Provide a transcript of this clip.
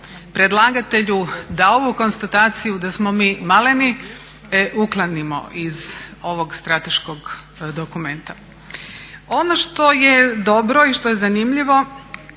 predlagatelju da ovu konstataciju da smo mi maleni uklonimo iz ovog strateškog dokumenta. Ono što je dobro i što je zanimljivo